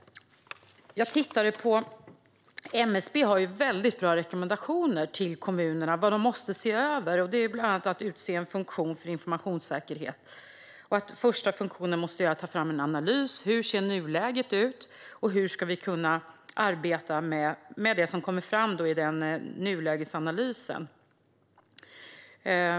MSB har mycket bra rekommendationer till kommunerna när det gäller vad de måste se över. Det är bland annat att utse en funktion för informationssäkerhet. Det första som funktionen måste göra är att ta fram en analys av hur nuläget ser ut och hur man ska kunna arbeta med det som kommer fram i nulägesanalysen.